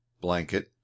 blanket